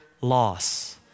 loss